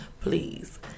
please